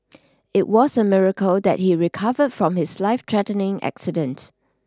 it was a miracle that he recovered from his life threatening accident